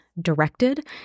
directed